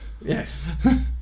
Yes